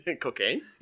Cocaine